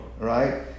right